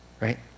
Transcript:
Right